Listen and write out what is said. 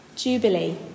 Jubilee